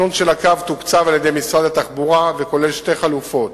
התכנון של הקו תוקצב על-ידי משרד התחבורה וכולל שתי חלופות: